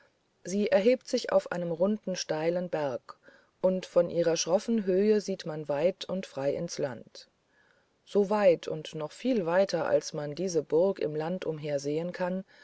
sie erhebt sich auf einem runden steilen berg und von ihrer schroffen höhe sieht man weit und frei ins land so weit und noch viel weiter als man diese burg im land umher sehen kann